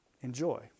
Enjoy